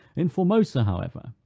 in formosa, however,